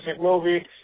movie